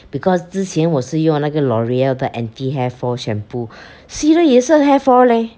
because 之前我是用那个 L'oreal 的 anti hair fall shampoo 洗了也是 hair fall leh